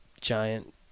giant